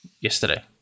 yesterday